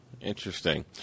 Interesting